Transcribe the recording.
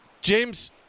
James